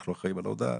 אנחנו אחראים על ההודעה,